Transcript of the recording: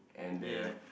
ya